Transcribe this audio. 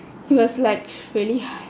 it was like really